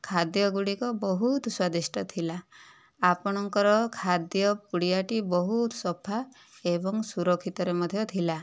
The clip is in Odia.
ଖାଦ୍ୟ ଗୁଡ଼ିକ ବହୁତ ସ୍ଵାଦିଷ୍ଟ ଥିଲା ଆପଣଙ୍କର ଖାଦ୍ୟ ପୁଡ଼ିଆଟି ବହୁତ ସଫା ଏବଂ ସୁରକ୍ଷିତରେ ମଧ୍ୟ ଥିଲା